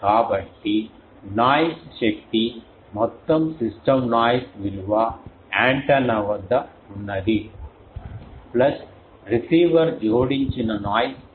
కాబట్టి నాయిస్ శక్తి మొత్తం సిస్టమ్ నాయిస్ విలువ యాంటెన్నా వద్ద ఉన్నది ప్లస్ రిసీవర్ జోడించిన నాయిస్